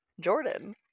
Jordan